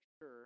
sure